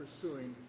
pursuing